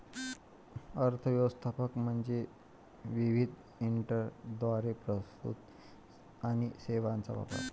अर्थ व्यवस्था म्हणजे विविध एजंटद्वारे वस्तू आणि सेवांचा वापर